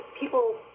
people